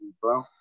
bro